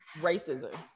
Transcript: racism